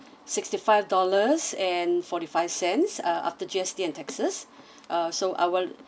sixty five dollars and forty five cents uh after G_S_T and taxes uh so I will